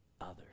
others